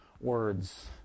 words